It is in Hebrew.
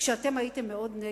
כשאתם הייתם מאוד נגד,